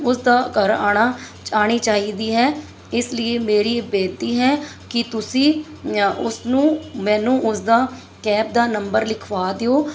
ਉਸਦਾ ਘਰ ਆਉਣਾ ਆਉਣੀ ਚਾਹੀਦੀ ਹੈ ਇਸ ਲਈ ਮੇਰੀ ਬੇਨਤੀ ਹੈ ਕਿ ਤੁਸੀਂ ਉਸਨੂੰ ਮੈਨੂੰ ਉਸਦਾ ਕੈਬ ਦਾ ਨੰਬਰ ਲਿਖਵਾ ਦਿਓ